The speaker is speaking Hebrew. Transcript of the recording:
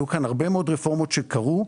היו כאן הרבה רפורמות שקרו.